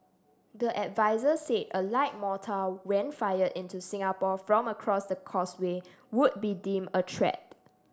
the adviser said a light mortar when fired into Singapore from across the Causeway would be deem a threat